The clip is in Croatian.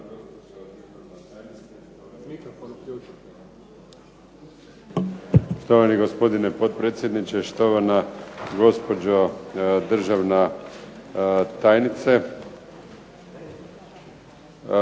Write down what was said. Štovana gospodine potpredsjedniče, štovana gospođo državna tajnice.